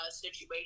situation